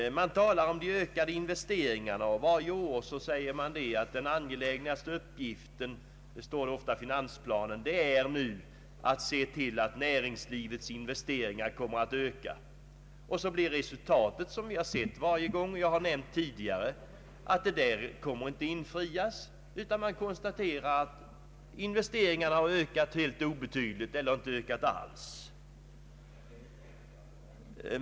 Man talar om de ökade investeringarna, och varje år säger man att den angelägnaste uppgiften — så står det ofta i finansplanen — nu är att se till att näringslivets investeringar kommer att öka. Och så blir resultatet — som vi har sett varje gång — att löftena inte har infriats; man konstaterar att investeringarna har ökat helt obetydligt eller inte alls.